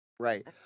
Right